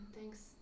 Thanks